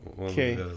Okay